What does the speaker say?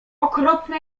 okropne